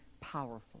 powerful